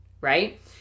right